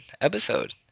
episode